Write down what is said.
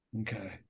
Okay